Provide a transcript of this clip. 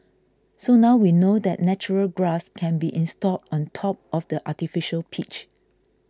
so now we know that natural grass can be installed on top of the artificial pitch